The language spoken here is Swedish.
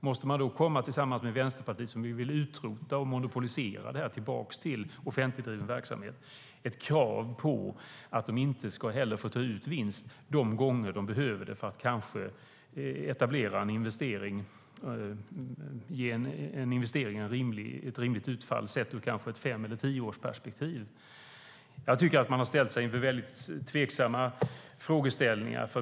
Måste man då komma tillsammans med Vänsterpartiet, som vill utrota detta och monopolisera det tillbaka till offentligdriven verksamhet, med ett krav på att de inte heller ska få ta ut vinst de gånger de behöver det för att kanske etablera en investering och ge en investering ett rimligt utfall, sett ur ett fem eller tioårsperspektiv? Jag tycker att man har ställt sig inför väldigt tveksamma frågeställningar.